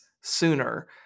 sooner